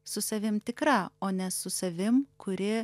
su savim tikra o ne su savim kuri